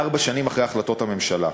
ארבע שנים אחרי החלטות הממשלה.